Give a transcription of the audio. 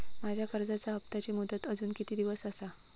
माझ्या कर्जाचा हप्ताची मुदत अजून किती दिवस असा?